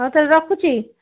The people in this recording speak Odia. ହଉ ତା' ହେଲେ ରଖୁଛି